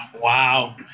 Wow